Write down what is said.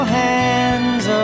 hands